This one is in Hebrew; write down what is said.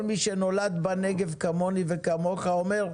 כל מי שנולד בנגב כמוני וכמוך אומר: